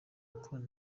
gukorana